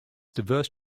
diverse